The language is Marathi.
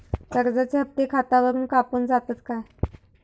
कर्जाचे हप्ते खातावरून कापून जातत काय?